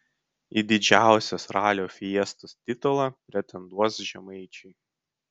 į didžiausios ralio fiestos titulą pretenduos žemaičiai